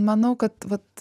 manau kad vat